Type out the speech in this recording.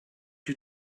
you